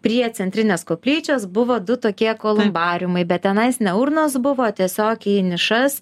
prie centrinės koplyčios buvo du tokie kolumbariumai bet tenais ne urnos buvo tiesiog į nišas